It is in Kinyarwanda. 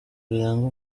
biranga